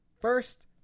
First